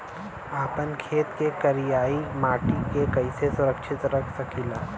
आपन खेत के करियाई माटी के कइसे सुरक्षित रख सकी ला?